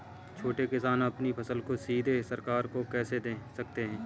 छोटे किसान अपनी फसल को सीधे सरकार को कैसे दे सकते हैं?